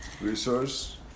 Resource